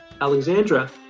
Alexandra